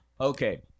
Okay